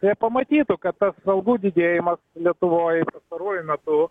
jie pamatytų kad tas algų didėjimas lietuvoj pastaruoju metu